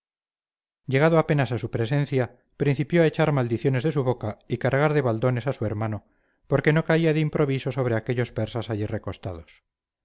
llegado apenas a su presencia principió a echar maldiciones de su boca y cargar de baldones a su hermano porque no caía de improviso sobre aquellos persas allí recostados